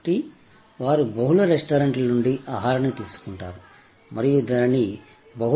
కాబట్టి వారు బహుళ రెస్టారెంట్ల నుండి ఆహారాన్ని తీసుకుంటారు మరియు దానిని బహుళ కస్టమర్లకు అందిస్తారు